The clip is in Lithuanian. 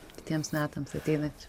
kitiems metams ateinant